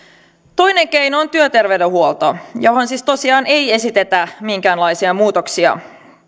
toinen keino on työterveydenhuolto johon siis tosiaan ei esitetä minkäänlaisia muutoksia